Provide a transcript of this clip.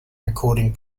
recording